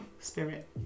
spirit